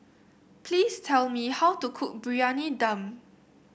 please tell me how to cook Briyani Dum